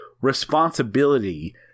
responsibility